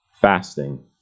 fasting